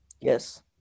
Yes